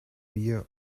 via